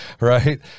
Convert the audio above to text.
Right